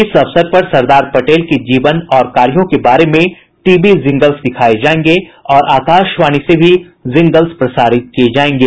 इस अवसर पर सरदार पटेल के जीवन और कार्यों के बारे में टीवी जिंगल्स दिखाए जाएंगे और आकाशवाणी से भी जिंगल्स प्रसारित किये जाएंगे